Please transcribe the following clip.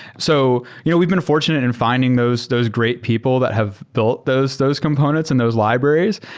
so you know we've been fortunate in fi nding those those great people that have built those those components in those libraries,